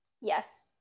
yes